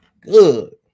Good